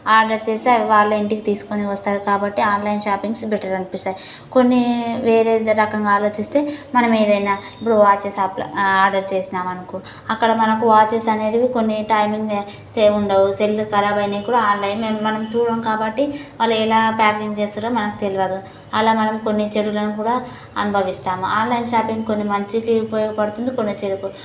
order చేస్తే వాళ్ళ ఇంటికి తీసుకొని వస్తారు కాబట్టి ఆన్లైన్ షాపింగ్స్ బెటర్ అనిపిస్తుంది కొన్ని వేరే రకంగా ఆలోచిస్తే మనం ఏదైనా ఇప్పుడు వాచెస్ షాప్లో ఆర్డర్ చేసినామనుకో అక్కడ మనకు వాచెస్ అనేది కొన్ని టైమింగ్ సేమ్ ఉండవు సెల్లు కరాబ్ అయినా కూడా ఆన్లైన్లో మనం చూడడం కాబట్టి వాళ్ళు ఎలా ప్యాకింగ్ చేస్తారో మనకు తెలియదు అలా మనం కొన్ని చెడులను కూడా అనుభవిస్తాము ఆన్లైన్ షాపింగ్ కొన్ని మంచికి ఉపయోగపడుతుంది కొన్ని చెడుకు